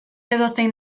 edozein